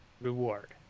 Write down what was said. reward